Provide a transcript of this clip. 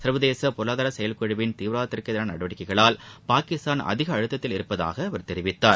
சர்வேதச பொருளாதார செயல் குழுவின் தீவிரவாதத்திற்கு எதிரான நடவடிக்கைகளால் பாகிஸ்தான் அதிக அழுத்தத்தில் உள்ளதாக அவர் தெரிவித்தார்